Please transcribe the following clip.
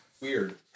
weird